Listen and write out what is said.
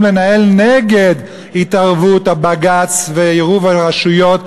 לנהל נגד התערבות הבג"ץ ועירוב הרשויות,